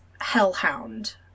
hellhound